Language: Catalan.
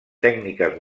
tècniques